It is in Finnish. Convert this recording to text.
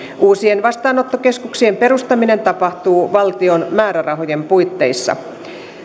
uusien vastaanottokeskuksien perustaminen tapahtuu valtion määrärahojen puitteissa